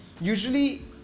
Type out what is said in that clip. usually